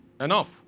Enough